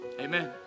amen